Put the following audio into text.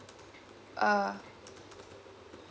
uh